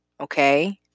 Okay